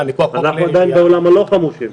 מכח חוק --- אנחנו עדיין בעולם הלא חמושים.